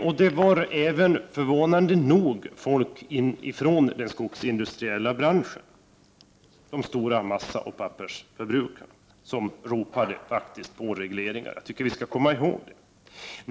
Förvånande nog ropade även folk från den skogsindustriella branschen, de stora massaoch pappersföretagen, på regleringar. Jag tycker att vi skall komma ihåg det.